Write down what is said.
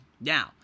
Now